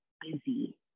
busy